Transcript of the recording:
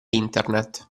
internet